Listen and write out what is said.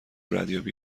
ردیابی